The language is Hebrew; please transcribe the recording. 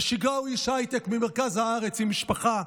בשגרה הוא איש הייטק ממרכז הארץ, עם משפחה,